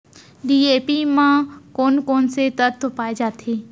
DAP म कोन कोन से तत्व पाए जाथे?